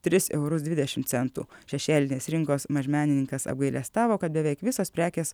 tris eurus dvidešimt centų šešėlinės rinkos mažmenininkas apgailestavo kad beveik visos prekės